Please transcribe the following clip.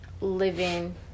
living